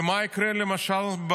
ומה יקרה, למשל,